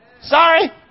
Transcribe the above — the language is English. Sorry